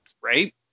right